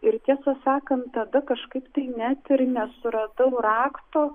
ir tiesą sakant tada kažkaip tai net ir nesuradau rakto